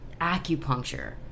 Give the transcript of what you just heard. acupuncture